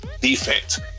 defense